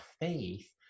faith